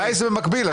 את לא יכולה.